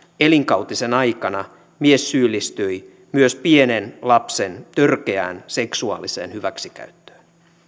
elinkautisen aikana mies syyllistyi myös pienen lapsen törkeään seksuaaliseen hyväksikäyttöön